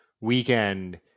weekend